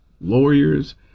lawyers